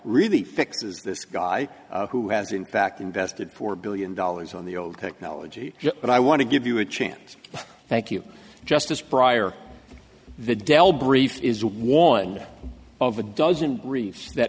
really fixes this guy who has in fact invested four billion dollars on the old technology but i want to give you a chance thank you justice prior to the dell brief is one of a dozen briefs that